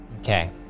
okay